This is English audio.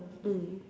mm